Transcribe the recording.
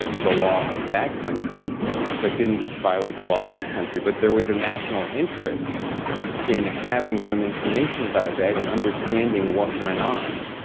ah the law of that country but didn't violate the law of this country but there was a national interest in having some information about that and understanding what went on,